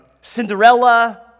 Cinderella